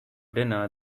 dinner